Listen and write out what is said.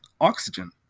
Oxygen